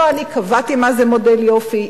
לא אני קבעתי מה זה מודל יופי.